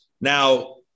Now